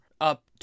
up